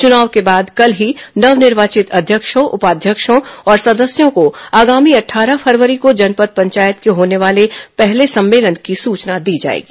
चुनाव के बाद कल ही नव निर्वाचित अध्यक्षों उपाध्यक्षों और सदस्यों को आगामी अट्ठारह फरवरी को जनपद पंचायत के होने वाले पहले सम्मलेन की सूचना दी जाएगी